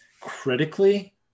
critically